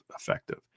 effective